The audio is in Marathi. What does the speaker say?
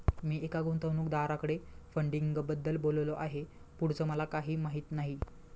मी एका गुंतवणूकदाराकडे फंडिंगबद्दल बोललो आहे, पुढचं मला काही माहित नाही